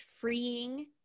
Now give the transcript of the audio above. freeing